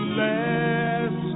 last